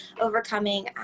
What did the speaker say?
overcoming